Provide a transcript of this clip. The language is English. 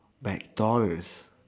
McDonalds